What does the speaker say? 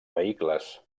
vehicles